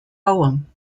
poem